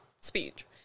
speech